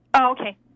Okay